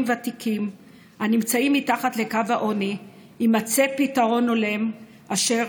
ותיקים הנמצאים מתחת לקו העוני יימצא פתרון הולם אשר